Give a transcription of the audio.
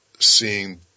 Seeing